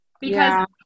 because-